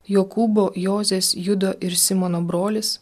jokūbo jozės judo ir simono brolis